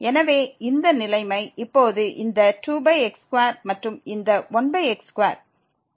எனவே இந்த நிலைமை இப்போது இந்த 2x2 மற்றும் இந்த 1x2ஆகும்